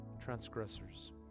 transgressors